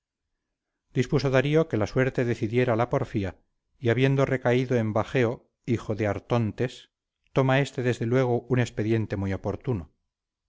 darío que la suerte decidiera la porfía y habiendo recaído en bageo hijo de artontes toma éste desde luego un expediente muy oportuno